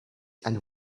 and